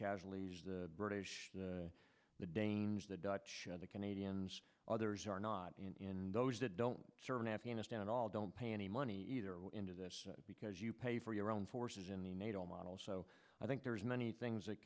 casualties the british the dangers the dutch the canadians others are not in those that don't serve in afghanistan at all don't pay any money either into this because you pay for your own forces in the nato model so i think there's many things that